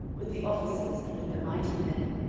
with the officers, and with the mighty men,